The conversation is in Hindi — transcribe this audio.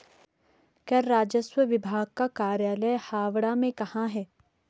कर राजस्व विभाग का कार्यालय हावड़ा में कहाँ है?